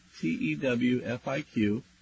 T-E-W-F-I-Q